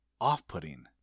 off-putting